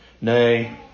Nay